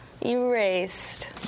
erased